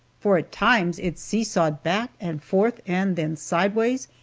for at times it seesawed back and forth and then sideways,